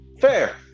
Fair